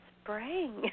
spring